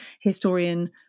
historian